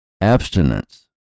abstinence